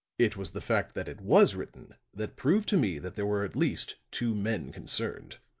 it was the fact that it was written that proved to me that there were at least two men concerned.